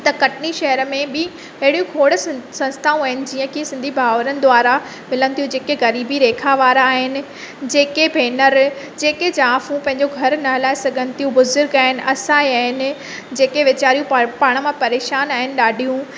त कटनी शहर में बि अहिड़ियूं खोड़ सन संस्थाऊं आहिनि जीअं की सिंधी भाउरनि द्वारां मिलनि थियूं जेके ग़रीबी रेखा वारा आहिनि जेके भेनर जेके जाइफ़ूं पंहिंजो घरु न हलाए सघनि थियूं बुज़ुर्ग आहिनि असहाय आहिनि जेके वेचारियूं पा पाण मां परेशान आहिनि ॾाढियूं